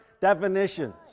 definitions